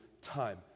time